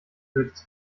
goethes